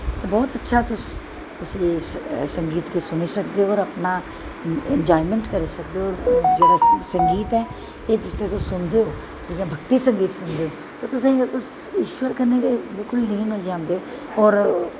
ते बौह्त अच्छा तुस संगीत गी सुनी सकदे ओ होर अपना इंजायमैंट करी सकदे ओ जेह्ड़ा संगीत ऐ एह् जिसलै तुस सुनगे जि'यां भक्ती संगीत सुनगे ते तुसेंगी उस इश्वर कन्नै गै बिलकुल लीन होई जंदे होर